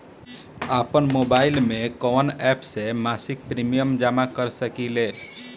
आपनमोबाइल में कवन एप से मासिक प्रिमियम जमा कर सकिले?